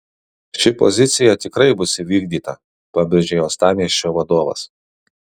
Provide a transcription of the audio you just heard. ši pozicija tikrai bus įvykdyta pabrėžė uostamiesčio vadovas